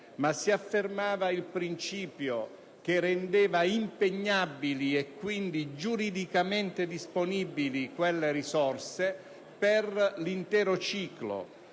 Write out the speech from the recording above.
ma si affermava il principio che rendeva impegnabili, e quindi giuridicamente disponibili, quelle risorse per l'intero ciclo.